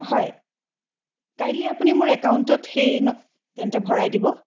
হয় কাইণ্ডলি আপুনি মোৰ একাউণ্টত সেই ন তেন্তে ভৰাই দিব